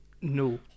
No